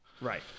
Right